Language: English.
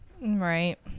Right